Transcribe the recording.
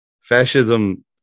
fascism